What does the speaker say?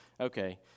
Okay